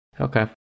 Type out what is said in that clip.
Okay